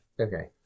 Okay